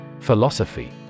Philosophy